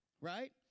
Right